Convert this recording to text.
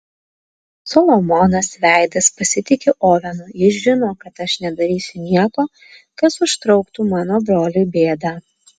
solomonas veidas pasitiki ovenu jis žino kad aš nedarysiu nieko kas užtrauktų mano broliui bėdą